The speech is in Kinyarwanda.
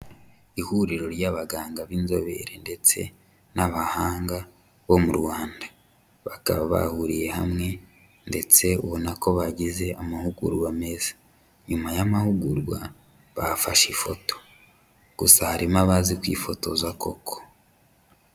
Ihuriro ry'abaganga b'inzobere ndetse n'abahanga bo mu Rwanda. Bakaba bahuriye hamwe ndetse ubona ko bagize amahugurwa meza. Nyuma y'amahugurwa bafashe ifoto, gusa harimo abazi kwifotoza koko.